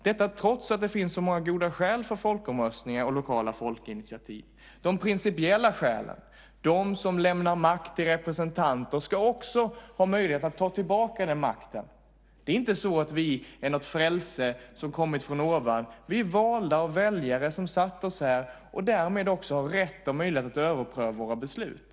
Detta sker trots att det finns så många goda skäl för folkomröstningar och lokala folkinitiativ. De principiella skälen - de som lämnar makt till representanter - ska också ha möjlighet att ta tillbaka den makten. Vi är inte något frälse som har kommit från ovan. Vi är valda av väljare som har satt oss här och därmed också har rätt och möjlighet att överpröva våra beslut.